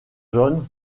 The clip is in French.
john